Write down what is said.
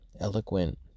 eloquent